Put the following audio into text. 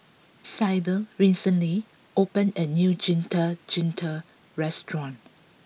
Syble recently opened a new Getuk Getuk restaurant